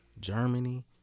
Germany